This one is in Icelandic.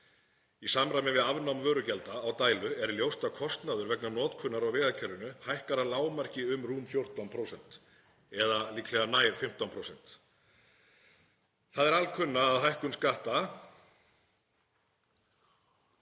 í samræmi við afnám vörugjalda á dælu er ljóst að kostnaður vegna notkunar á vegakerfinu hækkar að lágmarki um rúm 14% og líklega nær 15%. Það er alkunna að hækkun skatta,